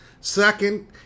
Second